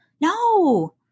No